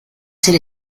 ser